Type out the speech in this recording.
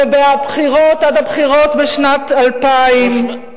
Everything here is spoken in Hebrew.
ועד הבחירות בשנת 2008, ומה את אמרת?